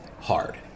hard